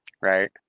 right